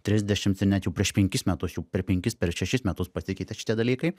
trisdešimt ir net jau prieš penkis metus jau per penkis per šešis metus pasikeitė šitie dalykai